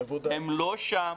הם לא שם.